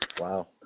wow